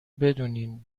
بدونین